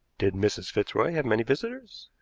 did mrs. fitzroy have many visitors?